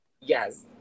Yes